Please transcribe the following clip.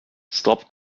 stop